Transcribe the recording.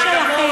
רק שלכם.